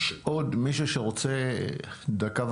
יש עוד מישהו שרוצה לדבר?